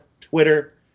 Twitter